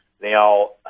Now